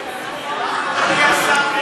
עשר דקות.